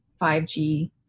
5G